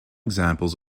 examples